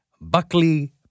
Buckley